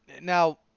now